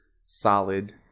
solid